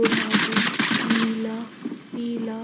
गुलाबी नीला पीला